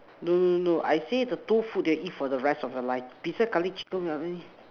no no no no I said the two food that you will eat for the rest of your life besides curry chicken you have any